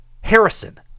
Harrison